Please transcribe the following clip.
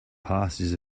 pastures